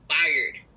fired